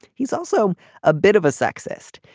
he's also a bit of a sexist.